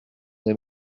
des